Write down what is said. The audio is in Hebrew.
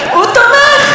נאמנות,